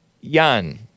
Yan